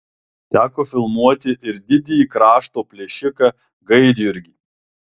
teko filmuoti ir didįjį krašto plėšiką gaidjurgį